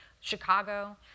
Chicago